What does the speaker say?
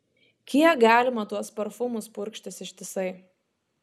kiek galima tuos parfumus purkštis ištisai